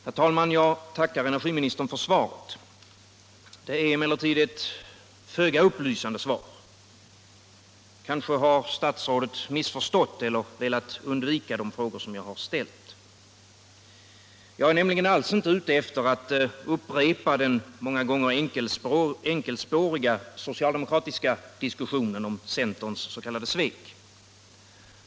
Herr talman! Jag tackar statsrådet Johansson för svaret. Det är emellertid ett föga upplysande svar. Kanske statsrådet har missförstått eller velat undvika de frågor som jag har ställt. Jag är nämligen inte alls ute efter att upprepa den många gånger enkelspåriga socialdemokratiska diskussionen om centerns s.k. svck.